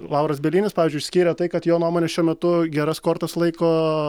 lauras bielinis pavyzdžiui išskyrė tai kad jo nuomone šiuo metu geras kortas laiko